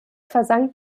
versank